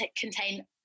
contain